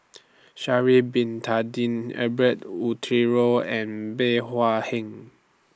Sha'Ari Bin Tadin Herbert Eleuterio and Bey Hua Heng